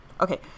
Okay